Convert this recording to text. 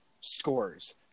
scores